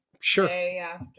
sure